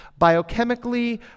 Biochemically